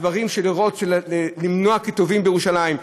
בדברים, למנוע קיטוב בירושלים,